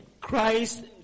Christ